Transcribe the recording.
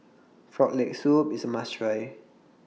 Frog Leg Soup IS A must Try